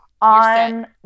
on